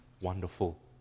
wonderful